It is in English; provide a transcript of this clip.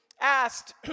asked